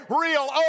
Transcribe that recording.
real